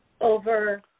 over